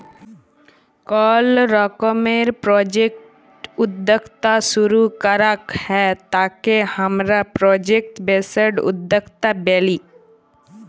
call রকমের project উদ্যক্তা শুরু করাক হ্যয় তাকে হামরা প্রজেক্ট বেসড উদ্যক্তা ব্যলি